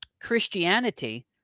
Christianity